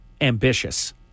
ambitious